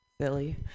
Silly